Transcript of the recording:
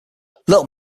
little